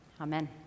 Amen